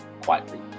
quietly